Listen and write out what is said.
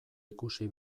ikusi